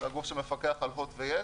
זה הגוף שמפקח על הוט ויס.